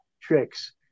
Tricks